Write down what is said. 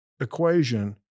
equation